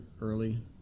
Early